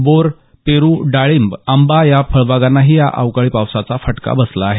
bore पेरू डाळींब आंबा या फळबागांनाही या अवकाळी पावसाचा फटका बसला आहे